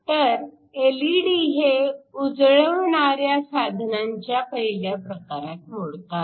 तर एलईडी हे उजळवणाऱ्या साधनांच्या पहिल्या प्रकारात मोडतात